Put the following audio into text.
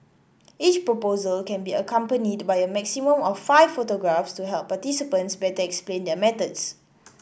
each proposal can be accompanied by a maximum of five photographs to help participants better explain their methods